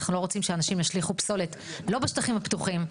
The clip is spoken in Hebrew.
אנחנו לא רוצים שאנשים ישליכו פסולת לא בשטחים הפתוחים,